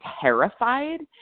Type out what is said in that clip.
terrified